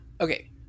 Okay